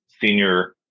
senior